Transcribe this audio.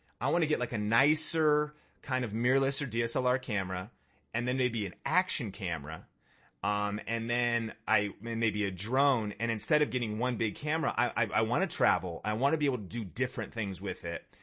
i wanna get like a nicer kind of mirrorless or dslr camera and then maybe an action camera um and then i mean may be a drone. and instead of getting one big camera, i wanna travel, i wanna be able to do different things with it.